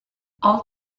all